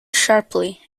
sharply